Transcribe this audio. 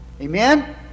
Amen